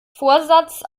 vorsatz